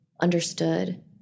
understood